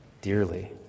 dearly